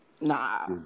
Nah